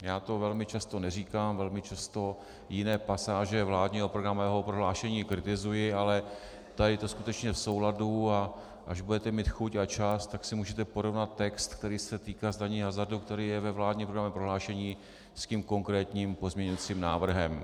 Já to velmi často neříkám, velmi často jiné pasáže vládního programového prohlášení kritizuji, ale tady to je skutečně v souladu, a až budete mít chuť a čas, tak si můžete porovnat text, který se týká zdanění hazardu, který je vládním programovém prohlášení, s tím konkrétním pozměňovacím návrhem.